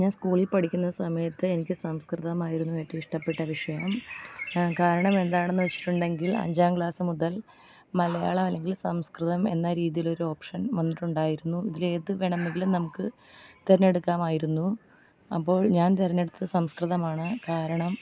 ഞാൻ സ്കൂളിൽ പഠിക്കുന്ന സമയത്ത് എനിക്ക് സംസ്കൃതമായിരുന്നു ഏറ്റവും ഇഷ്ട്ടപ്പെട്ട വിഷയം കാരണം എന്താണെന്ന് വച്ചിട്ടുണ്ടെങ്കിൽ അഞ്ചാം ക്ലാസ് മുതൽ മലയാളം അല്ലെങ്കിൽ സംസ്കൃതം എന്ന രീതിയിലൊരോപ്ഷൻ വന്നിട്ടുണ്ടായിരുന്നു ഇതിലേത് വേണമെങ്കിലും നമുക്ക് തിരെഞ്ഞെടുക്കമായിരുന്നു അപ്പോൾ ഞാൻ തിരെഞ്ഞെടുത്തത് സംസ്കൃതമാണ് കാരണം